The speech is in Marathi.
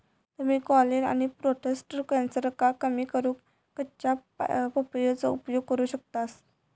तुम्ही कोलेन आणि प्रोटेस्ट कॅन्सरका कमी करूक कच्च्या पपयेचो उपयोग करू शकतास